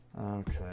Okay